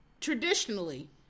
traditionally